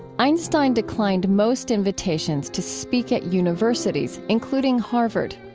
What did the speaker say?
einstein declined most invitations to speak at universities, including harvard.